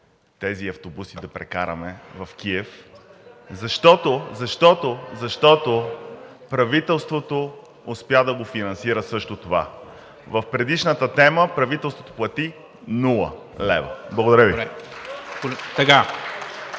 тези автобуси да прекараме в Киев, защото правителството успя да го финансира също това. В предишната тема – правителството плати нула лева. Благодаря Ви.